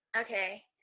Okay